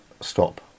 stop